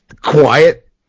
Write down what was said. quiet